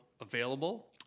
available